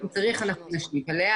אם צריך, אנחנו נשיב על השאלה.